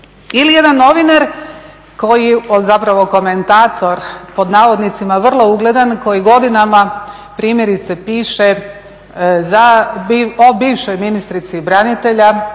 Ili jedan novinar, zapravo komentator "vrlo ugledan" koji godinama primjerice piše o bivšoj ministrici branitelja,